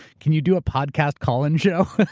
can you do a podcast call-in show?